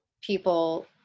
people